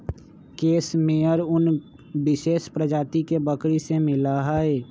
case मेयर उन विशेष प्रजाति के बकरी से मिला हई